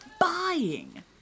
buying